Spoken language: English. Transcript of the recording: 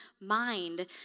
mind